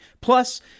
Plus